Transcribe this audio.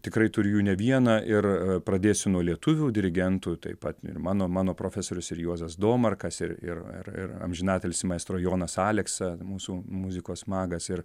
tikrai turiu jų ne vieną ir pradėsiu nuo lietuvių dirigentų taip pat ir mano mano profesorius ir juozas domarkas ir ir ir ir amžinatilsį maestro jonas aleksa mūsų muzikos magas ir